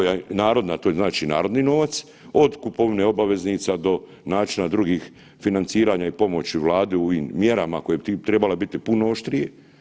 Narodna, to je znači narodni novac od kupovine obaveznica do načina drugih financiranja i pomoći Vladi u ovim mjerama koji bi trebale biti puno oštrije.